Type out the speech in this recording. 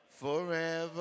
forever